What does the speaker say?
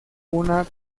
una